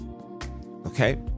Okay